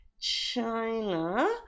China